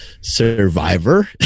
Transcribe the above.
Survivor